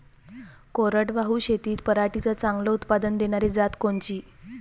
कोरडवाहू शेतीत पराटीचं चांगलं उत्पादन देनारी जात कोनची?